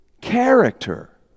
character